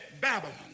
Babylon